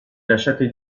lasciati